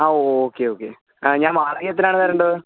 ആ ഓ okay okay ഞാൻ വാടക എത്രയാണ് തരേണ്ടത്